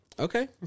Okay